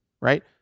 right